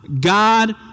God